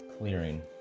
clearing